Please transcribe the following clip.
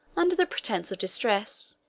under the pretence of distress,